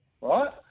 Right